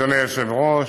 אדוני היושב-ראש,